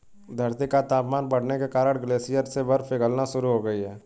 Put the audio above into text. धरती का तापमान बढ़ने के कारण ग्लेशियर से बर्फ पिघलना शुरू हो गयी है